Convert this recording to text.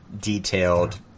detailed